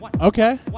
Okay